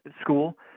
school